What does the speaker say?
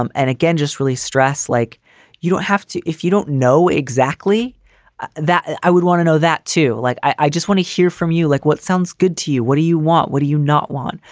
um and again, just really stress like you don't have to if you don't know exactly that, i would want to know that, too. like, i just want to hear from you, like what sounds good to you? what do you want? what do you not want?